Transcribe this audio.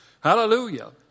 Hallelujah